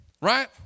right